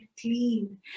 clean